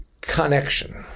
connection